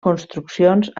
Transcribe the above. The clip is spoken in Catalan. construccions